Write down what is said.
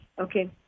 Okay